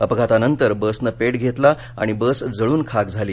अपघातानंतर बसने पेट घेतला आणि बस जळून खाक झाली